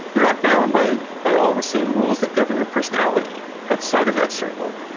you're not bound by by all the same rules that govern your personality outside of that circle.